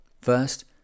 First